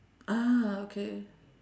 ah okay